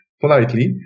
politely